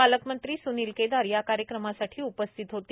पालकमंत्री सु्नील केदार या कार्यक्रमासाठी उपस्थित होते